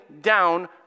down